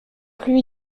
plus